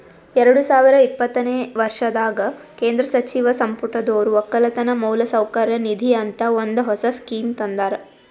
ಎರಡು ಸಾವಿರ ಇಪ್ಪತ್ತನೆ ವರ್ಷದಾಗ್ ಕೇಂದ್ರ ಸಚಿವ ಸಂಪುಟದೊರು ಒಕ್ಕಲತನ ಮೌಲಸೌಕರ್ಯ ನಿಧಿ ಅಂತ ಒಂದ್ ಹೊಸ ಸ್ಕೀಮ್ ತಂದಾರ್